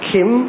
Kim